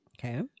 Okay